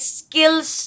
skills